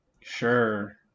sure